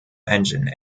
engine